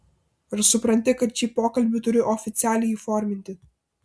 ar supranti kad šį pokalbį turiu oficialiai įforminti